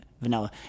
vanilla